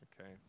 Okay